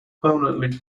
permanently